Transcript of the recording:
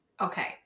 okay